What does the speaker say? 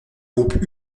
groupe